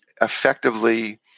effectively